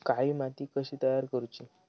काळी माती कशी तयार करूची?